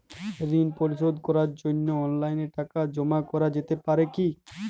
ঋন পরিশোধ করার জন্য অনলাইন টাকা জমা করা যেতে পারে কি?